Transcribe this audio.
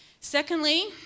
Secondly